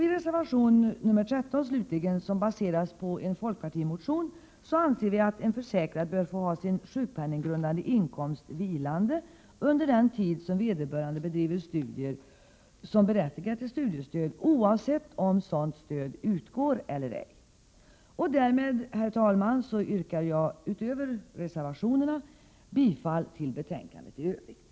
I reservation 13 slutligen, som baseras på en folkpartimotion, anser vi att en försäkrad bör få ha sin sjukpenninggrundande inkomst vilande under den tid som vederbörande bedriver studier som berättigar till studiestöd, oavsett om sådant stöd utgår eller ej. Därmed, herr talman, yrkar jag — utöver bifall till reservationerna — i övrigt bifall till hemställan i betänkandet.